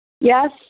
yes